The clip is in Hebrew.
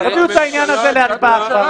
תביאו את העניין הזה להצבעה.